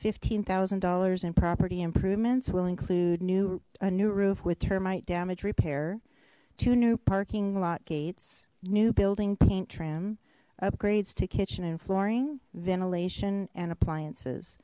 fifteen thousand dollars in property improvements will include new a new roof with termite damage repair two new parking lot gates new building paint trim upgrades to kitchen and flooring ventilation and appliances